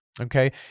Okay